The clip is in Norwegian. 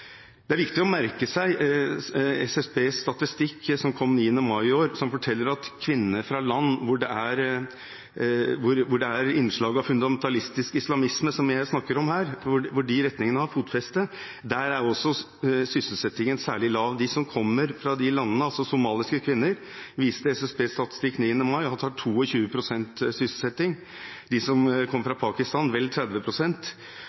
Det er viktig å merke seg SSBs statistikk som kom 9. mai i år, som forteller at for kvinner fra land hvor det er innslag av fundamentalistisk islamisme, som jeg snakker om her, og hvor de retningene har fotfeste, er også sysselsettingen særlig lav. De som kommer fra slike land, som somaliske kvinner, viser SSBs statistikk av 9. mai at har 22 pst. sysselsetting. De som